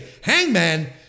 Hangman